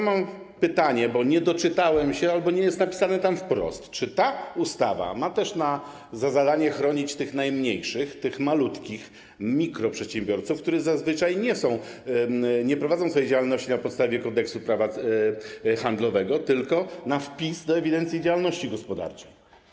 Mam pytanie, bo nie doczytałem albo nie jest to napisane tam wprost, czy ta ustawa ma też za zadanie chronić tych najmniejszych, tych malutkich mikroprzedsiębiorców, którzy zazwyczaj nie prowadzą swojej działalności na podstawie Kodeksu prawa handlowego, tylko na wpis do ewidencji działalności gospodarczej.